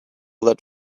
that